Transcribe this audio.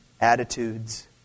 attitudes